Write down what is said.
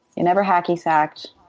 never hacky sacked.